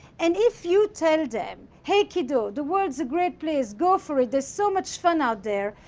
and if you tell them, hey kiddo, the world's a great place. go for it. there's so much fun out there,